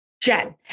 Jen